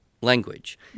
language